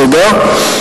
תודה.